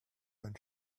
when